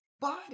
body